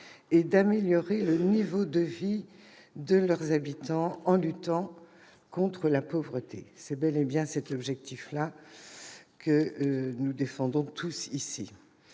et d'améliorer le niveau de vie de leurs habitants en luttant contre la pauvreté. Il s'agit d'un objectif que nous défendons tous ici.